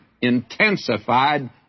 intensified